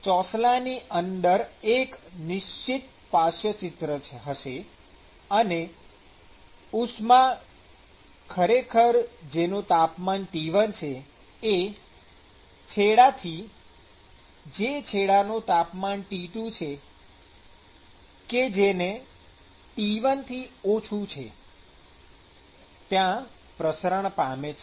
ચોસલાની અંદર એક નિશ્ચિત પાર્શ્વચિત્ર હશે અને ઉષ્મા ખરેખર જેનું તાપમાન T1 છે એ છેડાથી જે છેડાનું તાપમાન T2 છે કે જે T1 થી ઓછું છે ત્યાં પ્રસરણ પામે છે